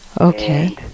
Okay